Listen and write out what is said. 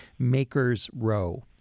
makersrow